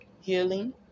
healing